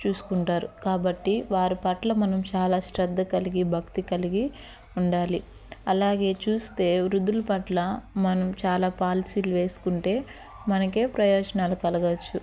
చూసుకుంటారు కాబట్టి వారు పట్ల మనం చాలా శ్రద్ధ కలిగి భక్తి కలిగి ఉండాలి అలాగే చూస్తే వృద్ధుల పట్ల మనం చాలా పాలసీలు వేసుకుంటే మనకే ప్రయోజనాలు కలగవచ్చు